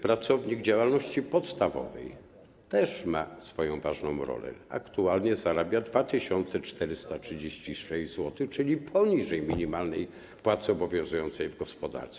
Pracownik działalności podstawowej - też ma swoją ważną rolę - aktualnie zarabia 2436 zł, czyli poniżej minimalnej płacy obowiązującej w gospodarce.